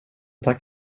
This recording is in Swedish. tack